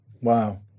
Wow